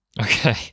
Okay